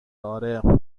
آره